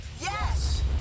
Yes